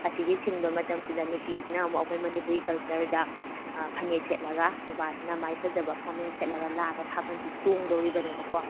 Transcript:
ꯑꯁꯤꯒꯤ ꯁꯤꯟꯕ ꯃꯇꯝꯁꯤꯗ ꯅꯨꯄꯤꯁꯤꯅ ꯑꯃꯨꯛ ꯑꯩꯈꯣꯏ ꯃꯅꯤꯄꯨꯔꯤ ꯀꯜꯆꯔꯗ ꯐꯅꯦꯛ ꯁꯦꯠꯂꯒ ꯅꯨꯄꯥꯁꯤꯅ ꯃꯥꯏ ꯐꯖꯕ ꯐꯣꯔꯃꯦꯜ ꯁꯦꯠꯂꯒ ꯂꯥꯛꯑꯒ ꯊꯥꯕꯜꯁꯤ ꯆꯣꯡꯗꯧꯔꯤꯕꯅꯦꯕꯀꯣ